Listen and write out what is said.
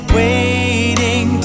waiting